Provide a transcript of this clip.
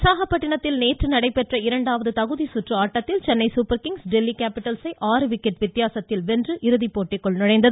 விசாகப்பட்டிணத்தில் நேற்று நடைபெற்ற இரண்டாவது தகுதிச்சுற்று ஆட்டத்தில் Chennai Super Kings Delhi Capitals ஐ விக்கெட் வித்தியாசத்தில் வென்று இறுதி போட்டிக்கு நுழைந்தது